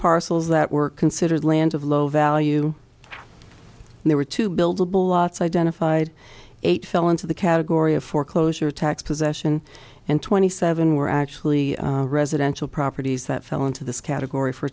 parcels that were considered lands of low value and they were to build a bull lots identified eight fell into the category of foreclosure attacks possession and twenty seven were actually residential properties that fell into this category for a